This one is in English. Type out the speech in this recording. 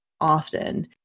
often